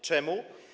Czemu?